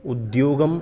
उद्योगम्